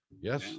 Yes